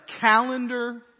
calendar